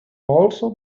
also